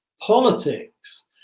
politics